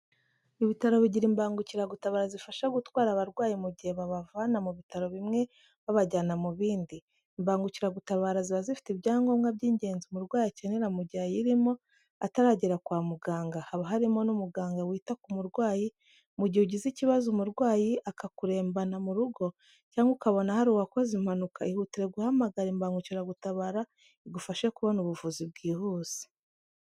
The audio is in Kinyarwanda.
Ibitaro bigira imbangukiragutabara zibafasha gutwara abarwayi mu gihe babavana mu bitaro bimwe babajyana mu bindi, imbangukiragutabara ziba zifite ibyangobwa by'ingenzi umurwayi akenera mu gihe ayirimo ataragera kwa muganga, haba harimo n'umuganga wita ku murwayi, mu gihe ugize ikibazo umurwayi akakurembana mu rugo cyangwa ukabona hari uwakoze impanuka ihutire guhamagara imbagukiragutabara igufashe kubona ubuvuzi byihuse.